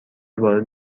وارد